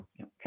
okay